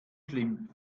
schlimm